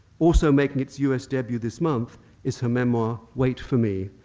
also making its us debut this month is her memoir, wait for me,